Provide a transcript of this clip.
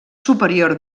superior